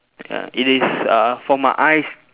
ya it is uh for my eyes